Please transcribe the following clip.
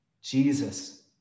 Jesus